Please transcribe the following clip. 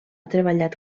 treballat